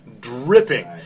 dripping